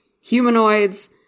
humanoids